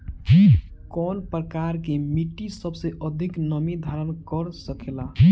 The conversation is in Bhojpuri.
कौन प्रकार की मिट्टी सबसे अधिक नमी धारण कर सकेला?